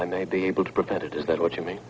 i may be able to prevent it is that what you mean